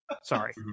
Sorry